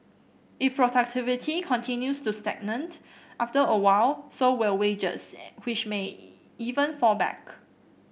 if productivity continues to stagnate after a while so will wages which may even fall back